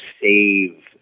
save